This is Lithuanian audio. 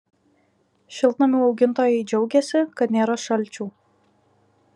šiltnamių augintojai džiaugiasi kad nėra šalčių